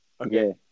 Okay